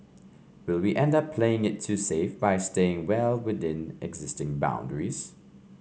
will we end up playing it too safe by staying well within existing boundaries